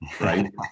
Right